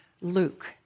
Luke